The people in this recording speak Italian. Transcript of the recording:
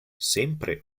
sempre